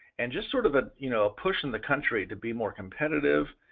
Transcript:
and just sort of ah you know pushing the country to be more competitive,